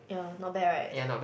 ya not bad right